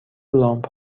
لامپ